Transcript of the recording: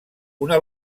una